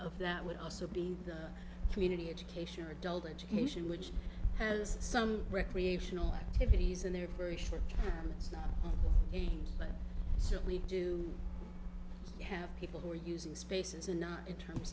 of that would also be community education or adult education which has some recreational activities and they're very sure that certainly do have people who are using spaces and not in terms